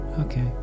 Okay